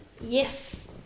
Yes